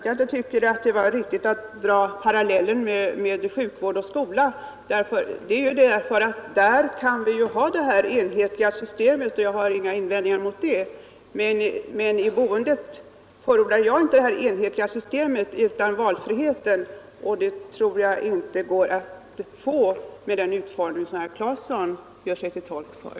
Jag tycker ändå inte att det är riktigt att dra paralleller med sjukvården och skolan, för på de områdena kan vi ju ha enhetliga system — jag har inga invändningar mot det — men i fråga om boendet förordar jag valfrihet, och en sådan tror jag inte går att få med den utformning som herr Claeson talar för.